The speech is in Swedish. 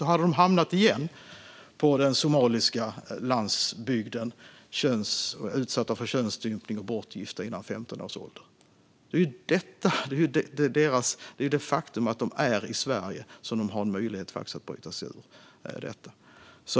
De skulle igen hamna på den somaliska landsbygden och vara utsatta för könsstympning och bortgifta innan 15 års ålder. Det är faktumet att de är i Sverige som innebär att de har en möjlighet att bryta sig ur detta.